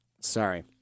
Sorry